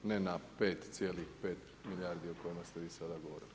Ne na 5,5 milijardi o kojima ste vi sada govorili.